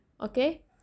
okay